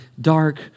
dark